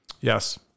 Yes